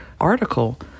article